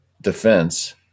defense